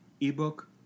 ebook